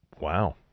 Wow